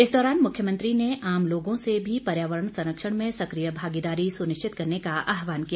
इस दौरान मुख्यमंत्री ने आम लोगों से भी पर्यावरण संरक्षण में सक्रिय भागीदारी सुनिश्चित करने का आहवान किया